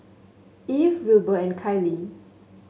Eve Wilber and Kiley